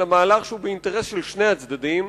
נוכח ההסכמים בין-לאומיים הקיימים,